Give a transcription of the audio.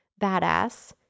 badass